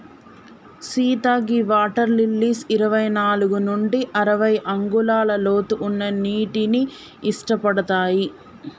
సీత గీ water lilies ఇరవై నాలుగు నుండి అరవై అంగుళాల లోతు ఉన్న నీటిని ఇట్టపడతాయి